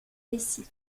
vessie